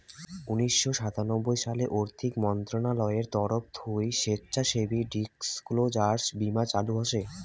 উনিশশো সাতানব্বই সালে আর্থিক মন্ত্রণালয়ের তরফ থুই স্বেচ্ছাসেবী ডিসক্লোজার বীমা চালু হসে